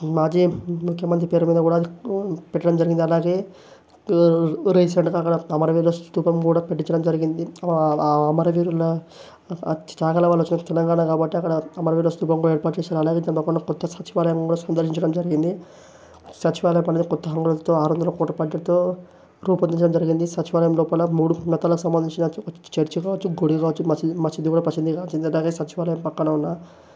మాజీ ముఖ్యమంత్రి పేరు మీద కూడా మాకు పెట్టడం జరిగింది అలాగే ఊరేగించినట్టుగా అక్కడ అమరవీర స్తూపం కూడా కట్టించడం జరిగింది ఆ అమరవీరుల త్యాగల వీరుల తెలంగాణ కాబట్టి అక్కడ అమరవీరుల స్తూపం కూడా ఏర్పాటు చేశారు అలాగే కొత్త సచివాలయం కూడా సందర్శించడం జరిగింది సచివాలయం కూడా కొత్త హంగులతో ఆరంభ ప్రజ్ఞతో రూపొందించడం జరిగింది సచివాలయం లోపల మూడు మతాల సంబంధించిన చర్చ్ కావచ్చు గుడి కావచ్చు మసీద్ మసీద్ కూడా ప్రసీదుగా చెందింది అలాగే సచివాలయం పక్కన ఉన్న